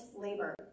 labor